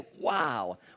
wow